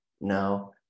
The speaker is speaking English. No